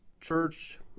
church